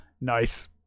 nice